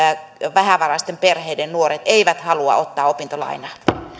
vähävaraisten perheiden nuoret eivät halua ottaa opintolainaa